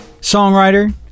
songwriter